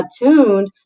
attuned